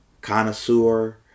connoisseur